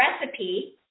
recipe